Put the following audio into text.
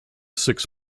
six